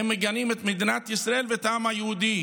הם מגנים את מדינת ישראל ואת העם היהודי